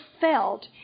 felt